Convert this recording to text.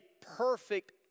perfect